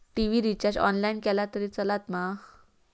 TV recharge online केला तरी चलात मा?